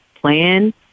plan